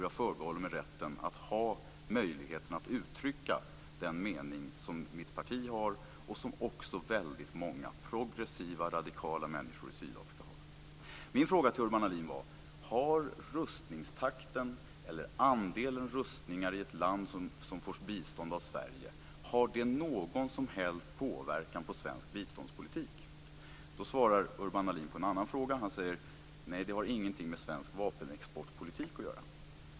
Jag förbehåller mig rätten att uttrycka den mening som mitt parti har och som också väldigt många progressiva radikala människor i Sydafrika har. Min fråga till Urban Ahlin var: Har rustningstakten eller antalet rustningar i ett land som får bistånd av Sverige någon som helst påverkan på svensk biståndspolitik? Då svarar Urban Ahlin på en annan fråga. Han säger: Nej, det har ingenting med svensk vapenexportpolitik att göra.